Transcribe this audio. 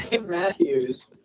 Matthews